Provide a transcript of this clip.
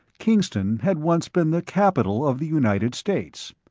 kingston had once been the capital of the united states.